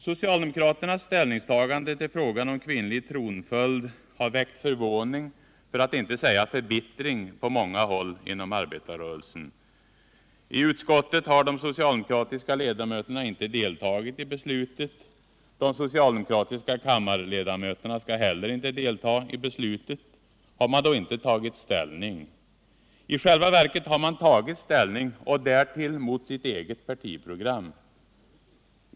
Socialdemokraternas ställningstagande till frågan om kvinnlig tronföljd har väckt förvåning för att inte säga förbittring på många håll inom arbetarrörelsen. I utskottet har de socialdemokratiska ledamöterna inte deltagit i beslutet. De socialdemokratiska kammarledamöterna skall heller inte delta i beslutet. Har man då inte tagit ställning? I själva verket har man tagit ställning och därtill mot sitt eget partiprogram.